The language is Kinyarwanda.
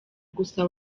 gusa